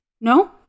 No